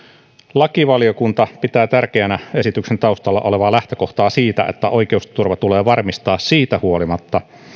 lakivaliokunta pitää tärkeänä esityksen taustalla olevaa lähtökohtaa siitä että oikeusturva tulee varmistaa siitä huolimatta